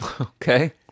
Okay